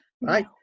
right